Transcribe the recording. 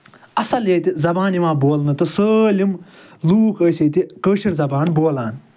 اَصٕل ییٚتہِ زَبان یِوان بولنہٕ تہٕ سٲلِم لوٗکھ ٲسۍ ییٚتہِ کٲشِر زَبان بولان